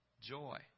joy